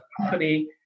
company